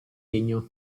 legno